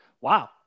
Wow